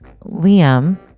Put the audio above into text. Liam